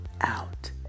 out